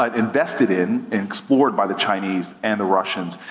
um invested in, and explored by the chinese and the russians,